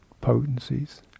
potencies